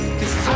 cause